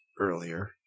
earlier